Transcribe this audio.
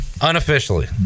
Unofficially